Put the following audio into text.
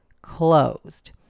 closed